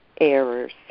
errors